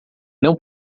não